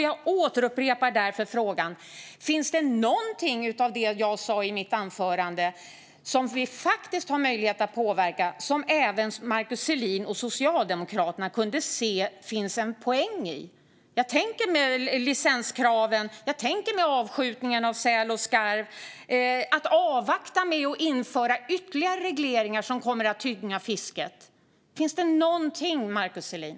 Jag upprepar därför frågan: Finns det någonting i det jag sa i mitt anförande om det vi faktiskt har möjlighet att påverka som även Markus Selin och Socialdemokraterna kan se en poäng i? Licenskraven? Avskjutningen av säl och skarv? Att avvakta med att införa ytterligare regleringar som kommer att tynga fisket? Finns det någonting, Markus Selin?